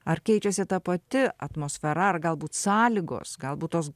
ar keičiasi ta pati atmosfera ar galbūt sąlygos galbūt tos